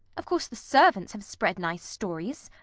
of course the servants have spread nice stories.